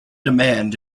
demand